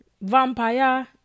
Vampire